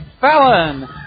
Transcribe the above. Fallon